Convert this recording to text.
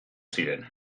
ziren